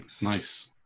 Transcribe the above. Nice